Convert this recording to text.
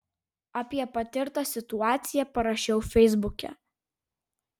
apie patirtą situaciją parašiau feisbuke